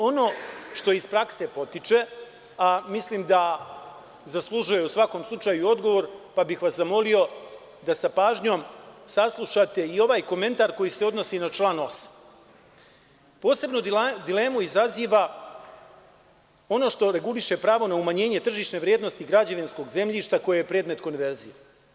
Ono što iz prakse potiče, a mislim da zaslužuje u svakom slučaju odgovor, pa bih vas zamolio da sa pažnjom saslušate i ovaj komentar koji se odnosi na član 8. Posebnu dilemu izaziva ono što reguliše pravo na umanjenje tržišne vrednosti građevinskog zemljišta koje je predmet konverzije.